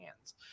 hands